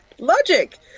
Logic